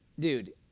dude,